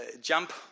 jump